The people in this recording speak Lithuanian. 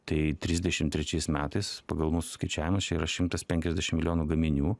tai trisdešim trečiais metais pagal mūsų skaičiavimus čia yra šimtas penkiasdešim milijonų gaminių